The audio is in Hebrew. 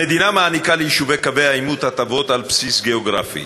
המדינה מעניקה ליישובי קווי העימות הטבות על בסיס גיאוגרפי,